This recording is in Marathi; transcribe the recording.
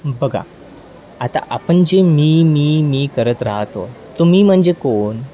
बघा आता आपण जे मी मी मी करत राहतो तो मी म्हणजे कोण